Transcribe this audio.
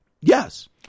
yes